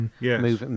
Yes